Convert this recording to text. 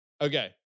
Okay